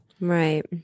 Right